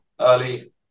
early